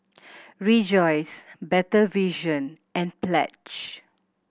Rejoice Better Vision and Pledge